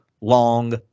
long